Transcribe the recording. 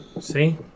See